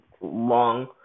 long